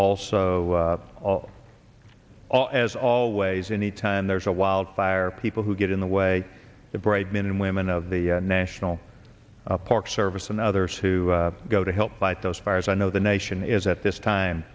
also all all as always anytime there's a wildfire people who get in the way the brave men and women of the national park service and others who go to help fight those fires i know the nation is at this time